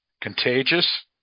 contagious